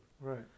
Right